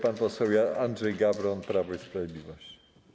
Pan poseł Andrzej Gawron, Prawo i Sprawiedliwość.